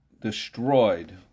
destroyed